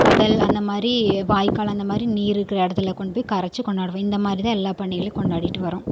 கடல் அந்தமாதிரி வாய்க்கால் அந்தமாதிரி நீர் இருக்கிற இடத்துல கொண்டுப் போய் கரைச்சு கொண்டாடுவோம் இந்தமாதிரிதான் எல்லா பண்டிகைகளையும் கொண்டாடிகிட்டு வரோம்